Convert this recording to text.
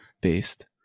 based